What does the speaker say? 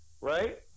right